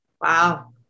Wow